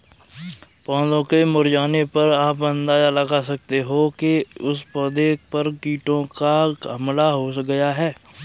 पौधों के मुरझाने पर आप अंदाजा लगा सकते हो कि उस पौधे पर कीटों का हमला हो गया है